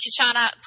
Kishana